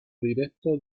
directo